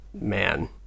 man